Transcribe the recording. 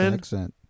accent